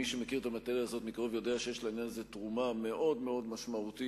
מי שמכיר את המאטריה הזאת מקרוב יודע שיש לזה תרומה מאוד מאוד משמעותית